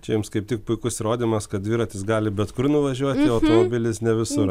čia jums kaip tik puikus įrodymas kad dviratis gali bet kur nuvažiuoti o automobilis ne visur